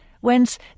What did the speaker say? whence